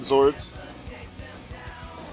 Zords